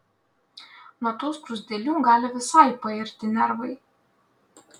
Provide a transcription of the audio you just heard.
nuo tų skruzdėlių gali visai pairti nervai